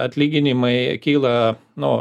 atlyginimai kyla nu